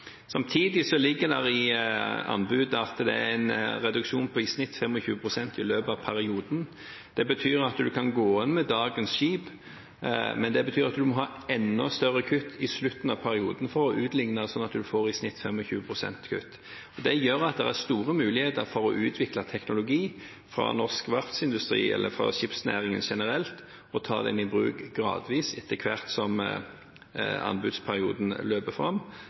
Samtidig ligger det i anbudet et krav om en reduksjon på i snitt 25 pst. i løpet av perioden. Det betyr at en kan gå inn med dagens skip, men det betyr at en må ha enda større kutt i slutten av perioden for å utligne, slik at en i snitt får 25 pst. kutt. Det betyr at det er store muligheter for å utvikle teknologi fra norsk verftsindustri, eller fra skipsnæringen generelt, og ta den i bruk gradvis etter hvert som anbudsperioden løper fram.